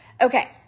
Okay